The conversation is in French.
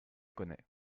connais